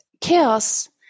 chaos